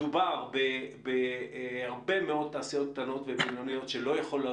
מדובר בהרבה מאוד תעשיות קטנות ובינוניות שלא יכולות,